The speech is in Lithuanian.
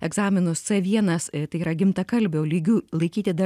egzaminus c vienas tai yra gimtakalbio lygiu laikyti dar